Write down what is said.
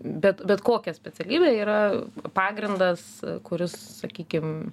bet bet kokia specialybė yra pagrindas kuris sakykim